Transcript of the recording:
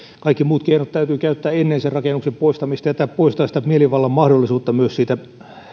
kaikki muut keinot täytyy käyttää ennen rakennuksen poistamista ja tämä poistaisi myös tätä mielivallan mahdollisuutta siitä